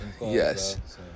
yes